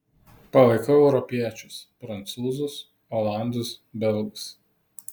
palaikau europiečius prancūzus olandus belgus